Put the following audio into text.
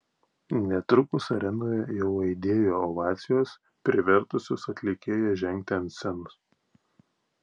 netrukus arenoje jau aidėjo ovacijos privertusios atlikėją žengti ant scenos